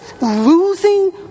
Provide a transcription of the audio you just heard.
losing